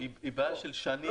לא, זאת בעיה של שנים.